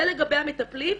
זה לגבי המטפלים.